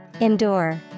Endure